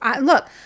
Look